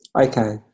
Okay